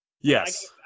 Yes